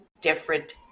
different